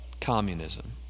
communism